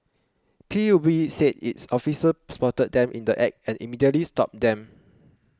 P U B said its officers spotted them in the Act and immediately stopped them